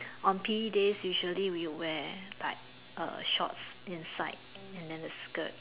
on P_E days usually we wear like a shorts inside and then a skirt